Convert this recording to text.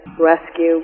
rescue